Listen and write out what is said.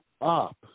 up